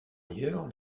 ailleurs